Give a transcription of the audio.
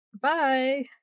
Bye